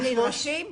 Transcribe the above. הנדרשים,